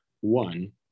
One